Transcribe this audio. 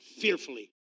fearfully